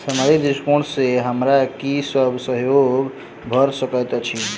सामाजिक दृष्टिकोण सँ हमरा की सब सहयोग भऽ सकैत अछि?